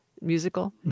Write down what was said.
musical